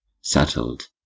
settled